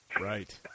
Right